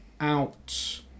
out